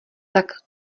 tak